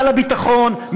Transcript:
מעל הביטחון,